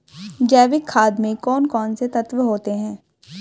जैविक खाद में कौन कौन से तत्व होते हैं?